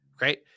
Right